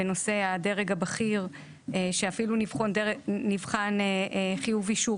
בנושא הדרג הבכיר שאפילו נבחן חיוב אישור